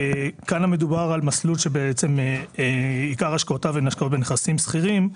מדובר על מסלול שעיקר השקעותיו הן השקעות בנכסים סחירים,